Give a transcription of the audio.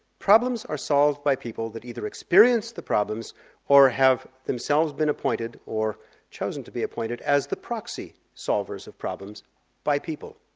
problems are solved by people that either experience the problems or have themselves been appointed or chosen to be appointed as the proxy solvers of problems by people.